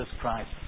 Christ